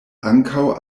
ankaŭ